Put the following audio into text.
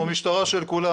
אנחנו משטרה של כולם,